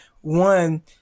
one